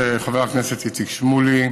חבר הכנסת איציק שמולי,